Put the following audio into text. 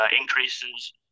increases